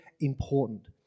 important